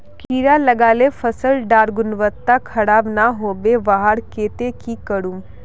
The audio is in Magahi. कीड़ा लगाले फसल डार गुणवत्ता खराब ना होबे वहार केते की करूम?